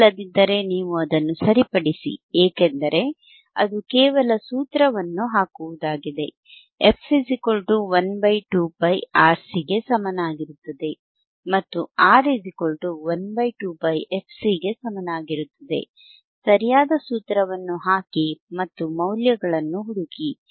ಸರಿ ಇಲ್ಲದಿದ್ದರೆ ನೀವು ಅದನ್ನು ಸರಿಪಡಿಸಿ ಏಕೆಂದರೆ ಅದು ಕೇವಲ ಸೂತ್ರವನ್ನು ಹಾಕುವುದಾಗಿದೆ f 1 2πRC ಗೆ ಸಮನಾಗಿರುತ್ತದೆ ಮತ್ತು R 1 2πfC ಗೆ ಸಮನಾಗಿರುತ್ತದೆ ಸರಿಯಾದ ಸೂತ್ರವನ್ನು ಹಾಕಿ ಮತ್ತು ಮೌಲ್ಯಗಳನ್ನು ಹುಡುಕಿ